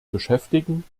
beschäftigen